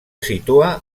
situa